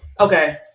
Okay